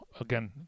again